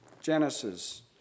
Genesis